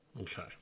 Okay